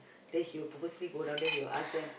then he will purposely go down then he will ask them